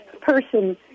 person